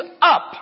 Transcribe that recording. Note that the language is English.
up